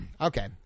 okay